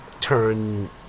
turn